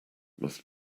must